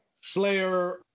Slayer